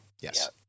Yes